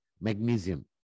magnesium